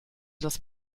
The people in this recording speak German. das